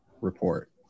report